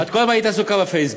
את כל הזמן היית עסוקה בפייסבוק,